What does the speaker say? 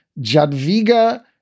Jadwiga